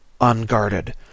unguarded